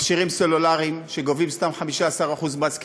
מכשירים סלולריים, שגובים סתם 15% מס קנייה.